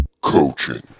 Coaching